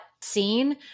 scene